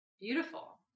Beautiful